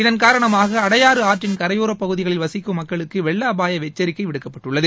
இதன் காரணமாக அடையாறு ஆற்றின் கரையோரப் பகுதிகளில் வசிக்கும் மக்களுக்கு வெள்ள அபாய எச்சரிக்கை விடப்பட்டுள்ளது